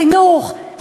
חינוך,